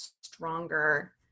stronger